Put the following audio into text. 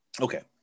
Okay